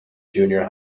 junior